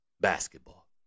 basketball